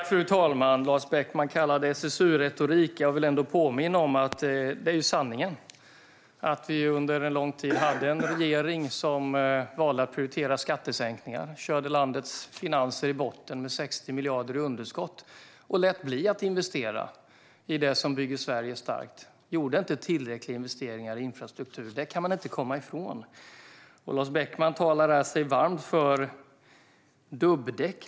Fru talman! Lars Beckman kallar det SSU-retorik. Jag vill ändå påminna om att sanningen är att det under lång tid fanns en regering som valde att prioritera skattesänkningar och körde landets finanser i botten med 60 miljarder i underskott. Den regeringen lät bli att investera i det som bygger Sverige starkt och gjorde inte tillräckliga investeringar i infrastruktur. Det kan man inte komma ifrån. Lars Beckman talar sig varm för dubbdäck.